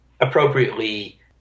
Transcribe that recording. appropriately